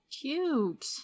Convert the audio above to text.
Cute